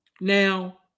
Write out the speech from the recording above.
Now